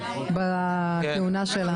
בכהונה שלנו.